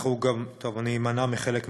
טוב, אני אמנע מחלק מהביטויים,